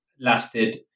lasted